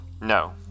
No